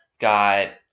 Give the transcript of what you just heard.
got